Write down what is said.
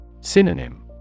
Synonym